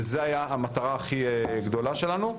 וזו הייתה המטרה הכי גדולה שלנו.